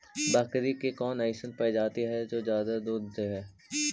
बकरी के कौन अइसन प्रजाति हई जो ज्यादा दूध दे हई?